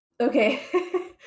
Okay